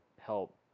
help